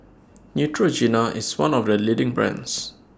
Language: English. Neutrogena IS one of The leading brands